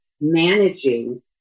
managing